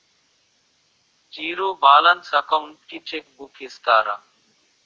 Zero balance account కి cheque book ఇస్తారా?